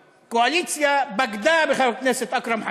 והקואליציה בגדה בחבר הכנסת אכרם חסון,